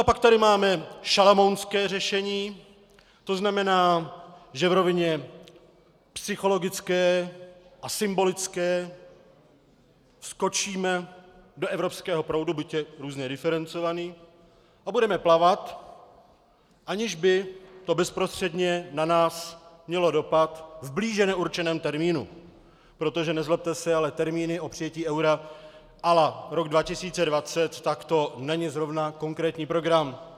A pak tady máme šalamounské řešení, to znamená, že v rovině psychologické a symbolické skočíme do evropského proudu, byť je různě diferencovaný, a budeme plavat, aniž by to bezprostředně na nás mělo dopad v blíže neurčeném termínu, protože nezlobte se, ale termíny o přijetí eura a la rok 2020, tak to není zrovna konkrétní program!